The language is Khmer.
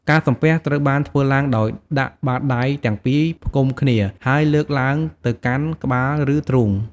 ការសំពះត្រូវបានធ្វើឡើងដោយដាក់បាតដៃទាំងពីរផ្គុំគ្នាហើយលើកឡើងទៅកាន់ក្បាលឬទ្រូង។